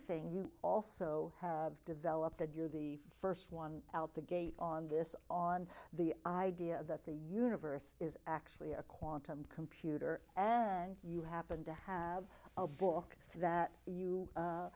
you also have developed that you're the first one out the gate on this on the idea that the universe is actually a quantum computer and you happen to have a book that you